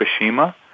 Fukushima